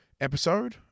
Episode